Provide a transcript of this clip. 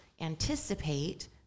anticipate